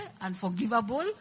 unforgivable